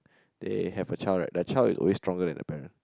they have a child right their child is always stronger than the parent